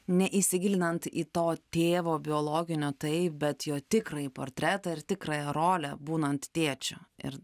neįsigilinant į to tėvo biologinio taip bet jo tikrąjį portretą ir tikrąją rolę būnant tėčiu ir